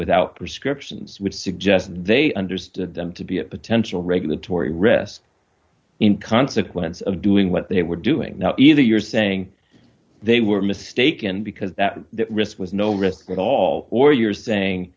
without prescriptions would suggest they understood them to be a potential regulatory risk in consequence of doing what they were doing now either you're saying they were mistaken because that risk was no risk at all or yours saying